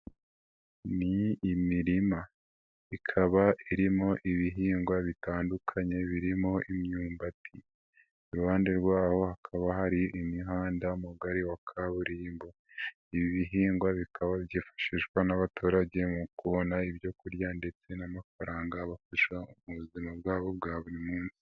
Ni imirima, ikaba irimo ibihingwa bitandukanye birimo imyumbati, iruhande rw'aho hakaba hari umuhanda mugari wa kaburimbo, ibi bihingwa bikaba bifashishwa n'abaturage mu kubona ibyo kurya ndetse n'amafaranga abafasha mu buzima bwabo bwa buri munsi.